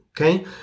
okay